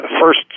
first